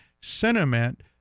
sentiment